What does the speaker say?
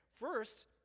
First